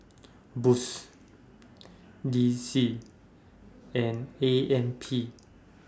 Boost D C and A M P